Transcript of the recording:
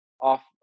off